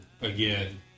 again